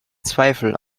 zweifel